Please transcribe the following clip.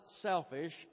selfish